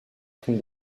prime